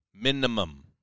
Minimum